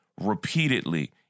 repeatedly